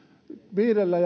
viidellä